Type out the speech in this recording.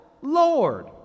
Lord